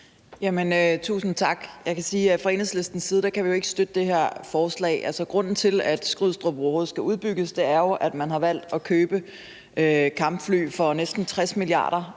side kan vi ikke støtte det her forslag. Grunden til, at Skrydstrup overhovedet skal udbygges, er jo, at man har valgt at købe kampfly med samlede